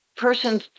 Person